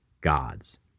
gods